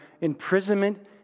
imprisonment